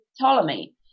Ptolemy